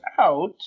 out